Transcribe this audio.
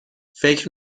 فکر